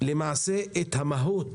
את המהות